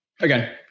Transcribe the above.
again